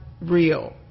real